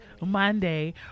Monday